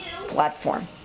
platform